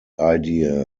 idea